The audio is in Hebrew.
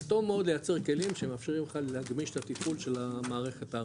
זה טוב מאוד לייצר כלים שמאפשרים לך להגמיש את התפעול של המערכת הארצית.